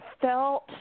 felt